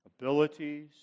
abilities